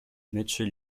mitchell